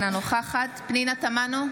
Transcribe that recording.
אינה נוכחת פנינה תמנו,